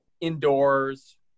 indoors